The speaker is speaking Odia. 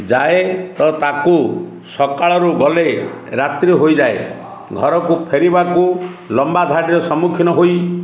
ଯାଏ ତ ତାକୁ ସକାଳରୁ ଗଲେ ରାତ୍ରି ହୋଇଯାଏ ଘରକୁ ଫେରିବାକୁ ଲମ୍ବା ଧାଡ଼ିର ସମ୍ମୁଖୀନ ହୋଇ